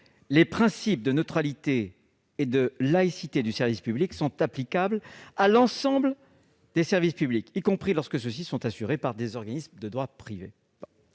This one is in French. Les principes de neutralité et de laïcité du service public sont applicables à l'ensemble des services publics, y compris lorsque ceux-ci sont assurés par des organismes de droit privé.